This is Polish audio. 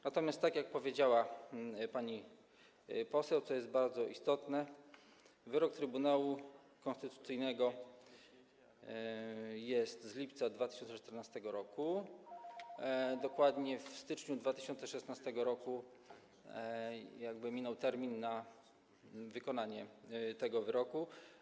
Natomiast, tak jak powiedziała pani poseł, co jest bardzo istotne, wyrok Trybunału Konstytucyjnego jest z lipca 2014 r., a dokładnie w styczniu 2016 r. minął termin wykonania tego wyroku.